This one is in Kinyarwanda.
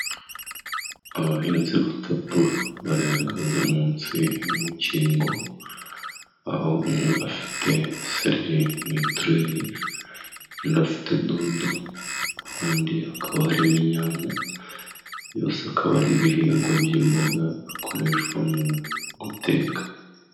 Abahinzi batatu barahagaze munsi y'umukingo, aho umwe afite sereri mu itireyi, undi afite dodo, kandi hakaba hari inyanya, byose akaba ari ibihingwa by'imboga bikoreshwa mu guteka.